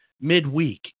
midweek